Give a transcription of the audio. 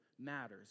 matters